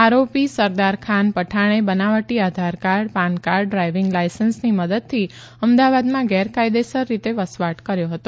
આરોપી સરદારખાન પઠાણે બનાવટી આધારકાર્ડ પાનકાર્ડ ડ્રાઇવીંગ લાયસન્સની મદદથી અમદાવાદમાં ગેરકાયદેસર રીતે વસવાટ કર્યો હતો